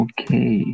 Okay